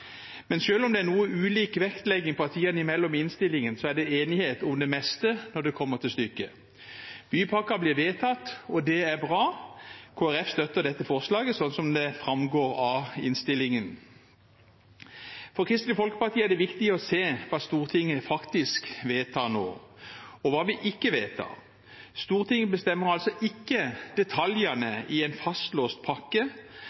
Men selv om det er noe ulik vektlegging partiene imellom i innstillingen, er det enighet om det meste når det kommer til stykket. Bypakken blir vedtatt, og det er bra. Kristelig Folkeparti støtter dette forslaget, som det framgår av innstillingen. For Kristelig Folkeparti er det viktig å se hva Stortinget faktisk vedtar nå, og hva vi ikke vedtar. Stortinget bestemmer altså ikke detaljene i en fastlåst pakke.